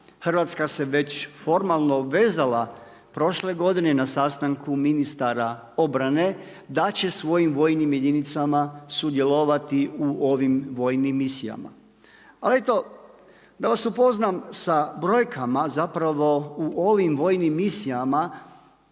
Hrvatska se već formalno obvezala prošle godine i na sastanku ministara obrane da će svojim vojnim jedinicama sudjelovati u ovim vojnim misijama. Ali eto da vas upoznam sa brojkama zapravo u ovim vojnim misijama